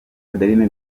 adeline